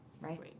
Right